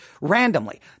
randomly